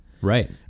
Right